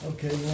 Okay